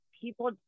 people